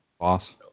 boss